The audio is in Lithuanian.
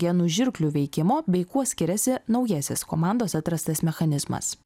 genų žirklių veikimo bei kuo skiriasi naujasis komandos atrastas mechanizmas